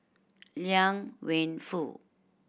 Liang Wenfu